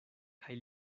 kaj